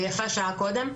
ויפה שעה קודם.